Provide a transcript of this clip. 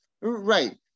Right